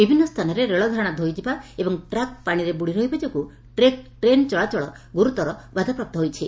ବିଭିନ୍ନ ସ୍ଥାନରେ ରେଳ ଧାରଶା ଧୋଇଯିବା ଏବଂ ଟ୍ରାକ୍ ପାଶିରେ ବୁଡ଼ି ରହିବା ଯୋଗୁଁ ଟ୍ରେନ୍ ଚଳାଚଳ ଗୁରୁତର ବାଧାପ୍ରାପ୍ତ ହୋଇଛି